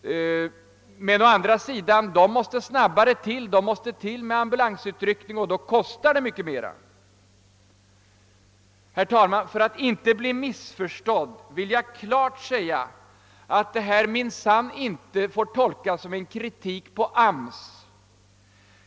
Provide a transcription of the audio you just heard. Å andra sidan måste dessa sättas in snabbare — som en ambulansutryckning — och då kostar det mycket mera. Herr talman! För att inte bli missförstådd vill jag klart säga att dessa ord minsann inte får tolkas som en kritik mot AMS.